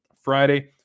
Friday